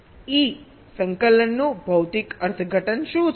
માટે ઇ સંકલનનું ભૌતિક અર્થઘટન શું છે